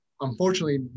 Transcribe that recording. unfortunately